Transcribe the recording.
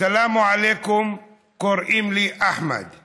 "סלאם עליכום, קוראים לי אחמד /